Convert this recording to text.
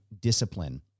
discipline